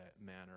manner